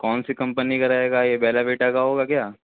کون سی کمپنی کا رہے گا یہ بیلا ویٹا کا ہوگا کیا